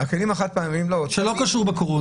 לא קשור לקורונה.